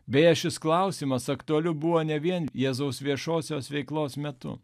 beje šis klausimas aktualiu buvo ne vien jėzaus viešosios veiklos metu